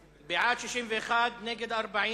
40, נגד,